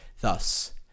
thus